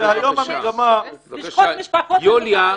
יוליה,